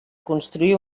construir